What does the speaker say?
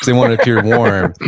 want to appear warm.